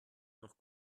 noch